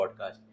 podcast